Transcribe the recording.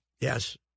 Yes